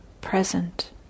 present